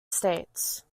states